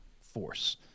force